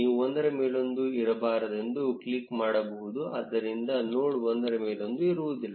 ನೀವು ಒಂದರಮೇಲೊಂದು ಇರಬಾರದೆಂದು ಕ್ಲಿಕ್ ಮಾಡಬಹುದು ಆದ್ದರಿಂದ ನೋಡ್ ಒಂದರಮೇಲೊಂದು ಇರುವುದಿಲ್ಲ